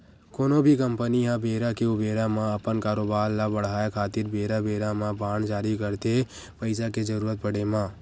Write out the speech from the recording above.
कोनो भी कंपनी ह बेरा के ऊबेरा म अपन कारोबार ल बड़हाय खातिर बेरा बेरा म बांड जारी करथे पइसा के जरुरत पड़े म